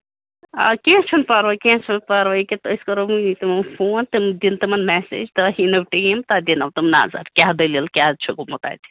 آ کیٚنٛہہ چھُنہٕ پَرواے کیٚنٛہہ چھُنہٕ پَرواے یہِ کیٛاہ أسۍ کَرو ؤنی تِمن فون تِم دِنۍ تِمن مسیج تۄہہِ یِنو ٹیٖم تَتھ دِنو تِم نَظر کیٛاہ دٔلیٖل کیٛاہ چھُ گوٚمُت اَتہِ